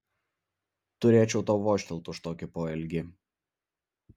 turėčiau tau vožtelt už tokį poelgį